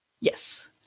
yes